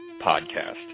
Podcast